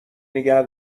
نیگه